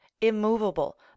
immovable